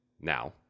now